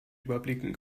überblicken